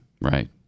Right